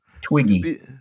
twiggy